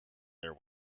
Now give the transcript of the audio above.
their